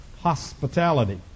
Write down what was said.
hospitality